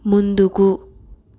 ముందుకు